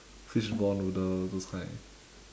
fishball noodle those kind